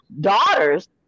daughters